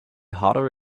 hotter